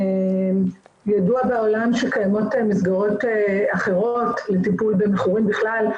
ידוע בעולם שקיימות מסגרות אחרות לטיפול במכורים בכלל,